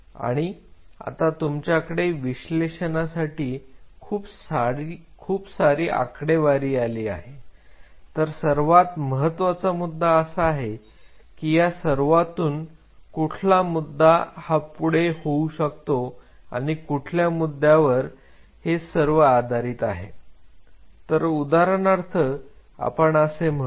आणि आता तुमच्याकडे विश्लेषणासाठी खूप सारी आकडेवारी आली आहे तर सर्वात महत्वाचा मुद्दा असा आहे या सर्वातून कुठला मुद्दा हा पुढे होऊ शकतो किंवा कुठल्या मुद्द्यावर हे सर्व आधारित आहे तर उदाहरणार्थ आपण असे म्हणू